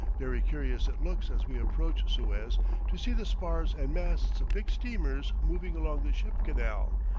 very curious it looks as we approach suez to see the spars and masts of big steamers moving along the ship-canal,